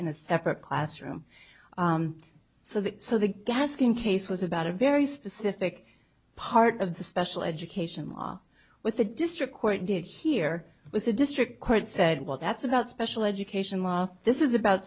in a separate classroom so that so the gaskin case was about a very specific part of the special education law with the district court did here was a district court said well that's about special education law this is about